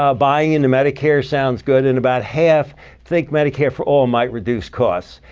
ah buying into medicare sounds good, and about half think medicare for all might reduce costs.